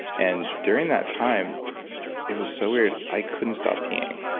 and during that time it was so weird, i couldn't stop peeing,